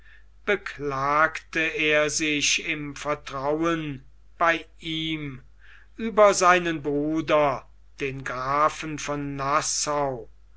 beklagte er sich im vertrauen bei ihm über seinen bruder den grafen von nassau